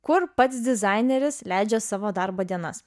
kur pats dizaineris leidžia savo darbo dienas